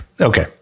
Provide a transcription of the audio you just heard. Okay